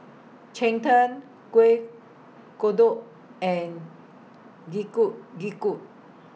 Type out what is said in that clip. Cheng Tng Kuih Kodok and